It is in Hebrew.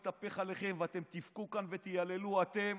אבל הכול יתהפך עליכם, ואתם תבכו כאן ותייללו, אתם